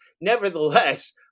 nevertheless